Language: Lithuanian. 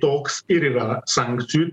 toks ir yra sankcijų